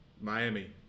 Miami